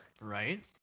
Right